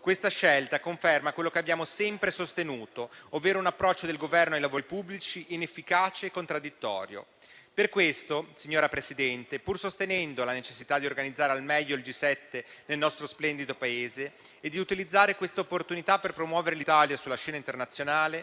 Questa scelta conferma quello che abbiamo sempre sostenuto, ovvero un approccio del Governo ai lavori pubblici inefficace e contraddittorio. Per questo, signora Presidente, pur sostenendo la necessità di organizzare al meglio il G7 nel nostro splendido Paese e di utilizzare questa opportunità per promuovere l'Italia sulla scena internazionale,